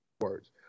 words